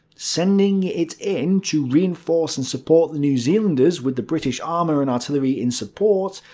sending it in to reinforce and support the new zealanders, with the british armour and artillery in support,